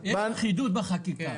אחידות בחקיקה.